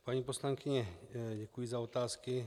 Paní poslankyně, děkuji za otázky.